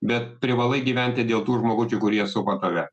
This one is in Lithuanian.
bet privalai gyventi dėl tų žmogučių kurie supa tave